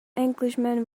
englishman